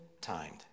timed